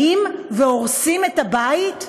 באים והורסים את הבית?